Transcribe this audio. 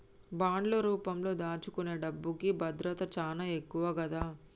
బాండ్లు రూపంలో దాచుకునే డబ్బుకి భద్రత చానా ఎక్కువ గదా